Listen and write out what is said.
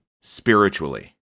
spiritually